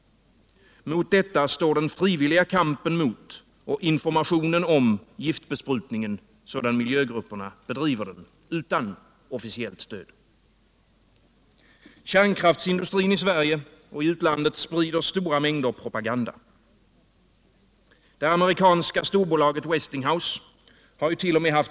Mot detta står den frivilliga kampen, som miljögrupperna bedriver den, och informationen om giftbesprutningen utan officiellt stöd. Kärnkraftsindustrin i Sverige och i utlandet sprider stora mängder propaganda. Det amerikanska storbolaget Westinghouse hart.o.m.